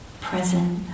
present